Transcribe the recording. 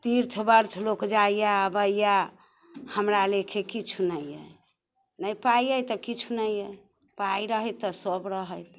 तीर्थ व्रत लोक जाइए अबैए हमरा लेखे किछु नहि अइ नहि पाइ अइ तऽ किछु नहि अइ पाइ रहै तऽ सभ रहै